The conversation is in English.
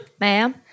Ma'am